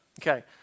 Okay